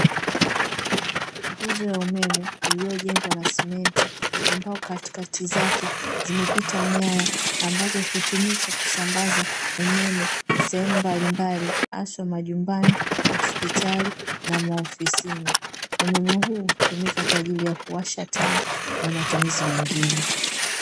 Nguzo ya umeme iliyojengwa na simenti ambazo katikati zake zimepita nyaya, ambazo utumika kusambaza umeme sehemu mbalimbali haswa majumbani, hospitali na maofisini. Umeme huu utumika kwa ajili ya kuwasha taa na matumizi mengine.